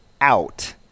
out